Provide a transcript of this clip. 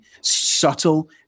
subtle